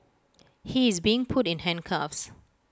he is being put in handcuffs